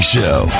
Show